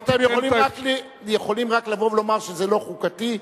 אתם יכולים רק לבוא ולומר שזה לא חוקתי,